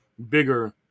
bigger